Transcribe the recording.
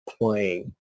playing